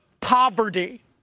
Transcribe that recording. poverty